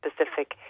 specific